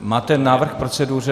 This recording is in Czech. Máte návrh k proceduře?